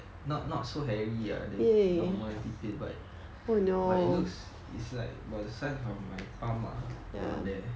not not so hairy lah the normal tipis but but it looks it's like the size of my palm lah around there